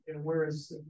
whereas